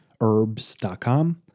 herbs.com